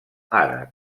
àrab